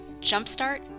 Jumpstart